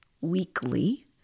weekly